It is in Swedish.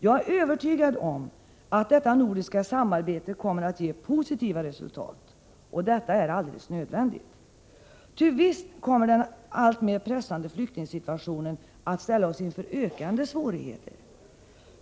Jag är övertygad om att detta nordiska samarbete kommer att ge positiva resultat — och det är alldeles nödvändigt. Ty visst kommer den alltmer pressande flyktingsituationen att ställa oss inför ökade svårigheter.